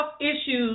issues